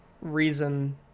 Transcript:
reason